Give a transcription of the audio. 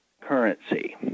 currency